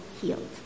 healed